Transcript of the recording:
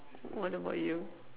what about you